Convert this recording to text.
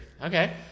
Okay